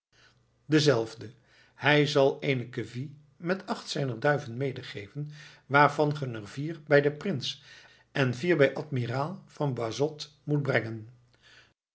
dezelfde hij zal eene kevie met acht zijner duiven medegeven waarvan ge er vier bij den prins en vier bij admiraal van boisot moet brengen